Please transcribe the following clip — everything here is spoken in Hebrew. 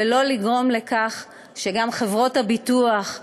ולא לגרום לכך שגם חברות הביטוח,